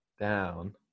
down